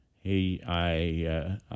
he—I